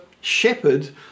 shepherd